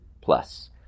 plus